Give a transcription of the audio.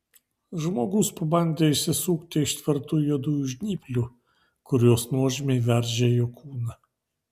žmogus pabandė išsisukti iš tvirtų juodųjų žnyplių kurios nuožmiai veržė jo kūną